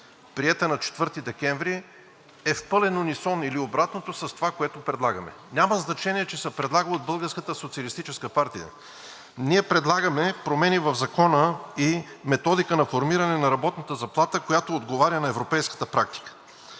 приета на 4 декември, е в пълен унисон или обратното с това, което предлагаме. Няма значение, че се предлага от Българската социалистическа партия. Ние предлагаме промени в Закона и методика на формиране на работната заплата, която отговаря на европейската практика.